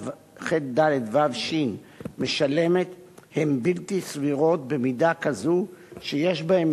חדו"ש הן בלתי סבירות במידה כזאת שיש בהן